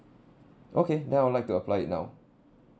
okay now I'll like to apply it now